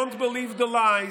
Don't believe the lies,